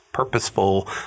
Purposeful